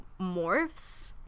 morphs